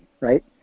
right